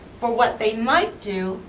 for what they might do,